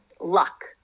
luck